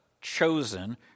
chosen